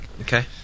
Okay